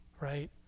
right